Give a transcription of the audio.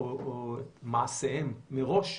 מעשיהם מראש,